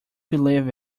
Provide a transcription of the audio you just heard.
believe